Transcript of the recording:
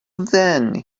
then